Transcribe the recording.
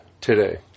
today